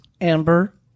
Amber